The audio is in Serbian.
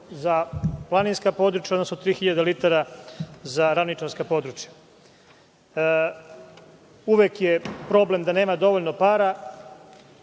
za planinska područja, odnosno tri hiljade litara za ravničarska područja. Uvek je problem da nema dovoljno